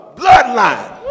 bloodline